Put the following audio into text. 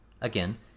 Again